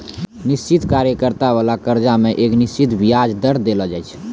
निश्चित कार्यकाल बाला कर्जा मे एक निश्चित बियाज दर देलो जाय छै